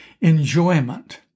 enjoyment